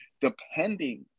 depending